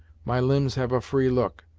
my limbs have a free look,